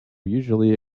usually